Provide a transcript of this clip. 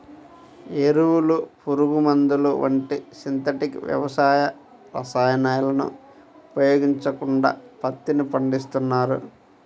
ఎరువులు, పురుగుమందులు వంటి సింథటిక్ వ్యవసాయ రసాయనాలను ఉపయోగించకుండా పత్తిని పండిస్తున్నారు